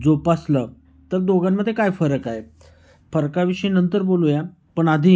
जोपासलं तर दोघांमध्ये काय फरक आहे फरकाविषयी नंतर बोलूया पण आधी